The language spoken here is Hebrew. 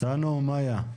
שלום רב,